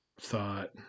thought